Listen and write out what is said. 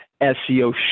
SEO